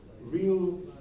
real